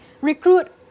recruit